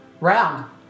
Round